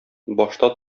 башта